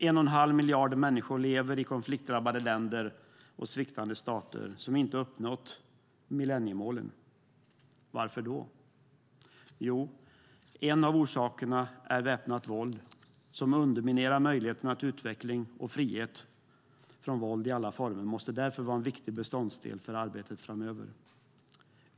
1 1⁄2 miljard människor lever i konfliktdrabbade länder och sviktande stater som inte har uppnått millenniemålen. Varför då? En av orsakerna är väpnat våld som underminerar möjligheterna till utveckling. Frihet från våld i alla former måste därför vara en viktig beståndsdel för arbetet framöver.